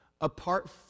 apart